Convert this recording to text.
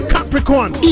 Capricorn